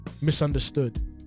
Misunderstood